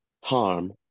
harm